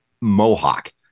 mohawk